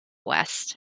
west